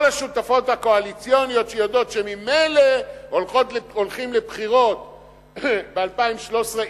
הקואליציוניות שיודעות שממילא הולכים לבחירות ב-2013,